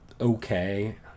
okay